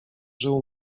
żył